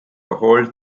old